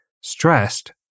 stressed